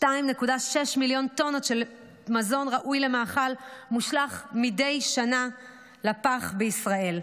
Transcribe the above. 2.6 מיליון טונות של מזון ראוי למאכל מושלך מדי שנה לפח בישראל,